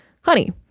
Honey